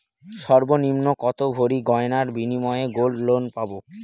সর্বনিম্ন কত ভরি গয়নার বিনিময়ে গোল্ড লোন পাব?